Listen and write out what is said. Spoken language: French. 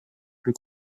plus